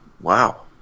Wow